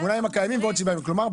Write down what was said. כלומר,